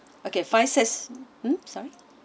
okay five sets mm sorry